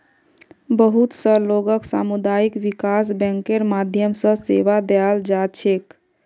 बहुत स लोगक सामुदायिक विकास बैंकेर माध्यम स सेवा दीयाल जा छेक